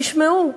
תשמעו,